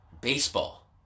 baseball